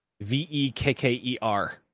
V-E-K-K-E-R